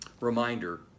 reminder